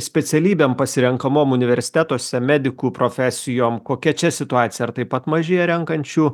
specialybėm pasirenkamom universitetuose medikų profesijom kokia čia situacija ar taip pat mažėja renkančių